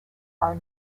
are